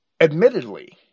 Admittedly